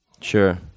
sure